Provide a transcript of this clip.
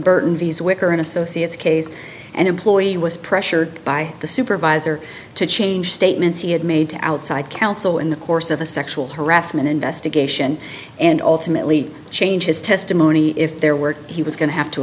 burton visa worker an associate's case and employee was pressured by the supervisor to change statements he had made to outside counsel in the course of a sexual harassment investigation and ultimately changed his testimony if there were he was going to have to